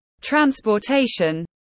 transportation